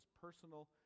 personal